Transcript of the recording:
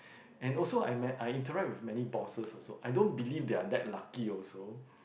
and also I met I interact with many bosses also I don't believe they are that lucky also